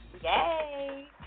Yay